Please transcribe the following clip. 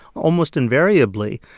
almost invariably,